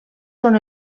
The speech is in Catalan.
són